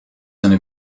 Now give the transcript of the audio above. seine